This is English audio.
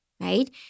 right